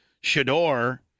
Shador